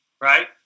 right